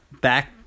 back